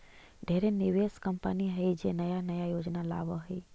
ढेरे निवेश कंपनी हइ जे नया नया योजना लावऽ हइ